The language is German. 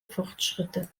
fortschritte